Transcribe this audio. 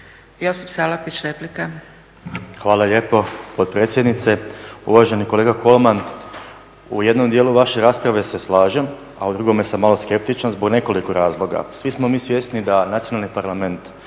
Josip (HDSSB)** Hvala lijepo potpredsjednice. Uvaženi kolega Kolman, u jednom dijelu vaše rasprave se slažem, a u drugome sam malo skeptičan zbog nekoliko razloga. Svi smo mi svjesni da nacionalni parlament